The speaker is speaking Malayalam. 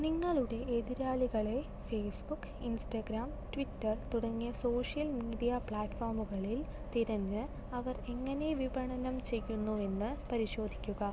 നിങ്ങളുടെ എതിരാളികളെ ഫേസ്ബുക്ക് ഇൻസ്റ്റഗ്രാം ട്വിറ്റർ തുടങ്ങിയ സോഷ്യൽ മീഡിയ പ്ലാറ്റ്ഫോമുകളിൽ തിരഞ്ഞ് അവർ എങ്ങനെ വിപണനം ചെയ്യുന്നുവെന്ന് പരിശോധിക്കുക